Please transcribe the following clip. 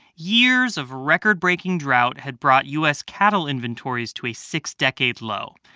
years of record-breaking drought had brought u s. cattle inventories to a six-decade low.